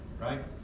Right